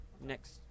Next